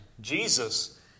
Jesus